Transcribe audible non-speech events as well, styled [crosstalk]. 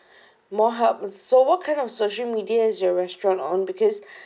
more help and so what kind of social media is your restaurant on because [breath]